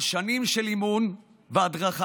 על שנים של אימון והדרכה,